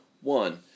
one